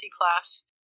class